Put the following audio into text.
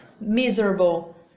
miserable